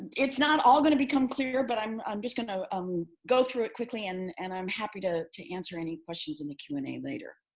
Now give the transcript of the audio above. it's not all going to become clear, but i'm um just going to um go through it quickly and and i'm happy to to answer any questions in the q and a later.